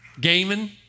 Gaming